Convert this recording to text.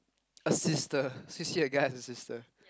a sister see see the guy as a sister